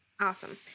Awesome